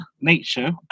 nature